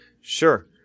Sure